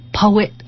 poet